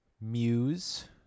muse